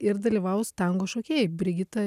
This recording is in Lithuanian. ir dalyvaus tango šokėjai brigita